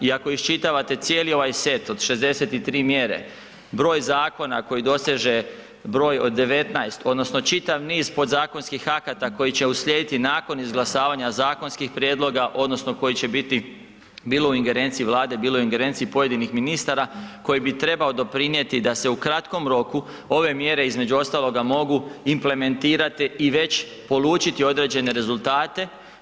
I ako iščitavate cijeli ovaj set od 63 mjere broj zakona koji doseže broj od 19 odnosno čitav niz podzakonskih akata koji će uslijediti nakon izglasavanja zakonskih prijedloga odnosno koji će biti bilo u ingerenciji Vlade, bilo u ingerenciji pojedinih ministara koji bi trebao doprinijeti da se u kratkom roku ove mjere između ostaloga mogu implementirati i već polučiti određene rezultata.